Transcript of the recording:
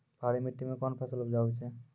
पहाड़ी मिट्टी मैं कौन फसल उपजाऊ छ?